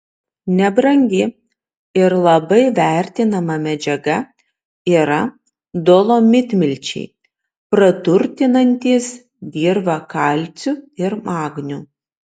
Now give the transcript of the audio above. nebrangi ir labai vertinama medžiaga yra dolomitmilčiai praturtinantys dirvą kalciu ir magniu